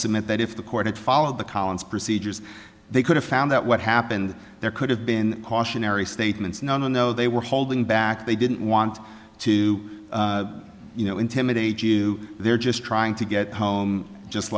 submit that if the court had followed the collins procedures they could have found that what happened there could have been cautionary statements no no no they were hold back they didn't want to you know intimidate you they're just trying to get home just